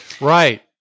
Right